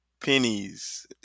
Pennies